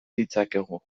ditzakegu